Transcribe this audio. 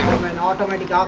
oven-automated, ah